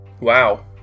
Wow